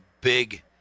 big